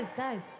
Guys